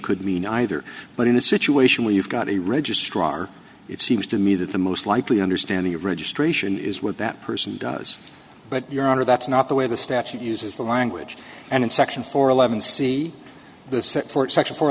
could mean either but in a situation where you've got a registrar it seems to me that the most likely understanding of registration is what that person does but your honor that's not the way the statute uses the language and in section four eleven see the set for